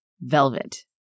Velvet